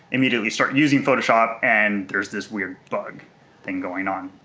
immediately start using photoshop, and there's this weird bug thing going on.